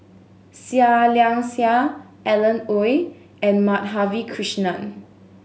Seah Liang Seah Alan Oei and Madhavi Krishnan